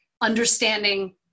understanding